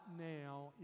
now